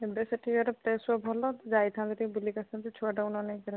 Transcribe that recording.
ଏବେ ସେଠିକାର ପ୍ଲେସ୍ ସବୁ ଭଲ ଯାଇଥାନ୍ତୁ ଟିକେ ବୁଲିକି ଆସିଥାନ୍ତୁ ଛୁଆଟାକୁ ନ ନେଇ କେମିତି ଯିବୁ